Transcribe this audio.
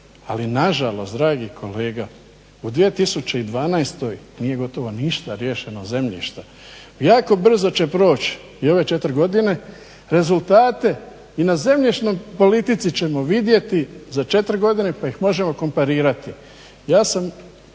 ali nažalost dragi kolega u 2012. nije gotovo ništa riješeno zemljišta. Jako brzo će proć i ove četiri godine. Rezultate i na zemljišnoj politici ćemo vidjeti i za četiri godine pa ih možemo komparirati.